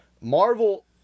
Marvel